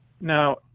Now